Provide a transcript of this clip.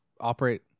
operate